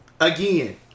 again